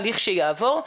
לכשיעבור,